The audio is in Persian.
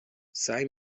سعی